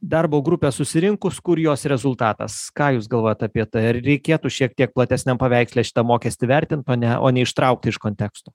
darbo grupė susirinkus kur jos rezultatas ką jūs galvojat apie reikėtų šiek tiek platesniam paveiksle šitą mokestį vertint o ne o ne ištraukti iš konteksto